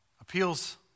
appeals